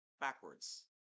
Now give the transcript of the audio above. backwards